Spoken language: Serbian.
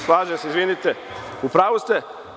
Slažem se, izvinite, u pravu ste.